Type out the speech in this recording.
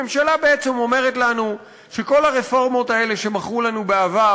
הממשלה בעצם אומרת לנו שכל הרפורמות האלה שמכרו לנו בעבר,